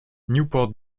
newport